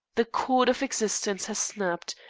the cord of existence has snapped,